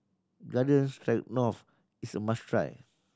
Garden Stroganoff is a must try